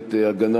באמת הגנה